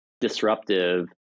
disruptive